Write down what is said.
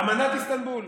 אמנת איסטנבול.